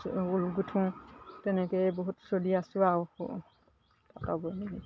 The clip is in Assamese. উল গুঠোঁ তেনেকেই বহুত চলি আছোঁ আৰু